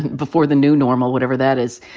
before the new normal, whatever that is.